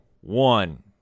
one